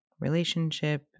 relationship